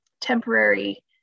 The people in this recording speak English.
temporary